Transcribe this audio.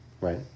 right